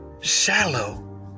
shallow